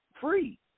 free